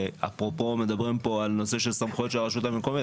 אפרופו מדברים פה על נושא הסמכויות של הרשות המקומית,